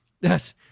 Yes